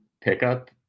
pickup